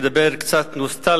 החלטתי באמת לדבר קצת נוסטלגיה.